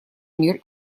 мир